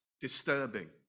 disturbing